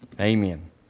Amen